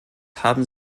haben